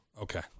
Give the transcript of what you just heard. Okay